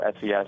SES